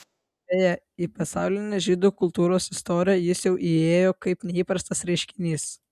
beje į pasaulinę žydų kultūros istoriją jis jau įėjo kaip neįprastas reiškinys